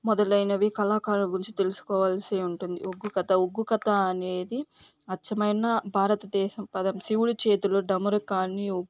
మొదలైనవి కళాకారుల గురించి తెలుసుకోవాల్సి ఉంటుంది ఒగ్గు కథ ఒగ్గు కథ అనేది అచ్ఛమైన భారతదేశం పదం శివుడి చేతిలో ఢమరుకాన్ని